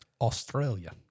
Australia